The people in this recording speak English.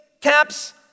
caps